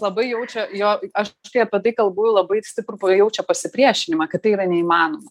labai jaučia jo aš užtai apie tai kalbu labai stiprų pajaučia pasipriešinimą kad tai yra neįmanoma